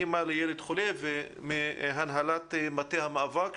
אימא לילד חולה מהנהלת מטה המאבק.